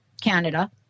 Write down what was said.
Canada